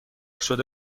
شده